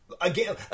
again